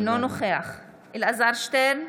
אינו נוכח אלעזר שטרן,